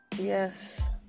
Yes